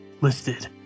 listed